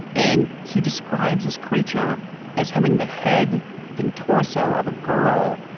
and he describes this creature as having the head and torso of a girl,